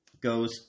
goes